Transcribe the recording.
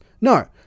No